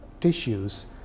tissues